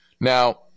Now